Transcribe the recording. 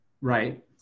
Right